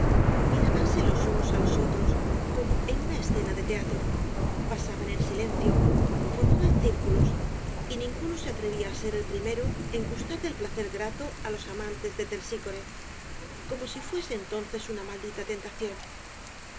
torbellino mirábanse los unos á los otros como en una escena de teatro paseaban en silencio formaban círculos y ninguno se atrevía á ser el primero en gustar del placer grato á los amantes de terpsícore como si fuese entonces una maldita tentación